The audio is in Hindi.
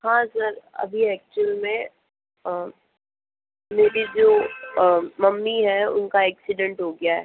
हाँ सर अभी एक्चुअल में मेरी जो मम्मी हैं उनका एक्सीडेंट हो गया है